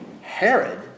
Herod